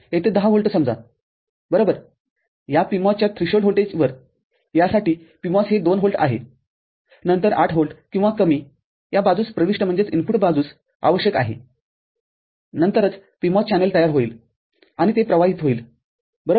येथे १० व्होल्ट समजा बरोबरया PMOS च्या थ्रीशोल्ड व्होल्टेजवर यासाठी PMOS हे २ व्होल्ट आहेनंतर ८ व्होल्ट किंवा कमी या बाजूस प्रविष्टबाजूस आवश्यक आहेनंतरच PMOS चॅनेलतयार होईल आणि ते प्रवाहित होईल बरोबर